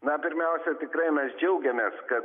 na pirmiausia tikrai mes džiaugiamės kad